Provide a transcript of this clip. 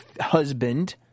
husband